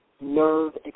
nerve